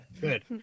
Good